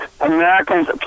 Americans